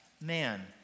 man